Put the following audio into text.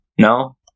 No